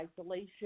isolation